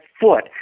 foot